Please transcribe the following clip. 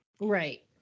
Right